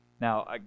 now